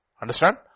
Understand